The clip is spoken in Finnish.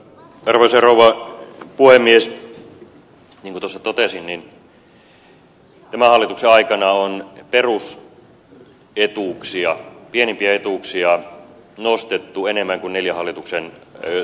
niin kuin tuossa totesin tämän hallituksen aikana on perusetuuksia pienimpiä etuuksia nostettu enemmän kuin neljän hallituksen saldo on yhteensä